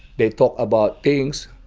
they talk about things,